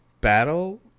Battle